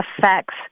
affects